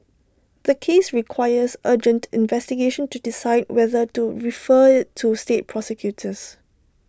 the case requires urgent investigation to decide whether to refer IT to state prosecutors